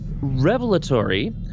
revelatory